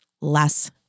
less